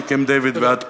מקמפ-דייוויד ועד כה.